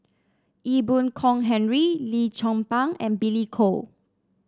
Ee Boon Kong Henry Lim Chong Pang and Billy Koh